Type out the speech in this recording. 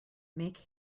make